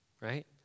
right